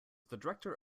director